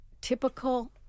typical